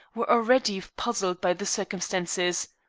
were already puzzled by the circumstances.